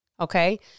Okay